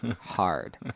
hard